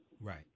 Right